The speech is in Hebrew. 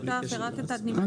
ואתה פירטת על הסתייגות אחת.